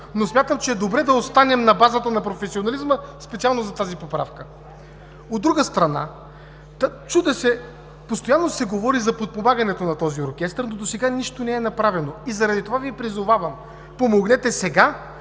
но смятам, че е добре да останем на базата на професионализма специално за тази поправка. От друга страна, чудя се, постоянно се говори за подпомагането на този оркестър, но досега нищо не е направено. Заради това Ви призовавам: помогнете сега,